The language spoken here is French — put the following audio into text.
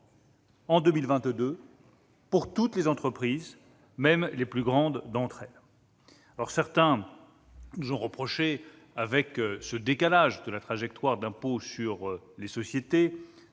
en 2022 pour toutes les entreprises, même les plus grandes d'entre elles. Certains nous ont reproché, en décalant la trajectoire de baisse de l'impôt sur les sociétés,